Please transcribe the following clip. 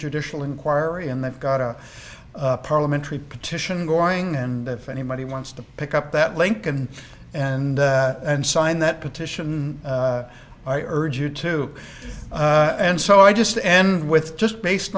judicial inquiry and they've got a parliamentary petition going and if anybody wants to pick up that lincoln and and sign that petition i urge you to and so i just end with just based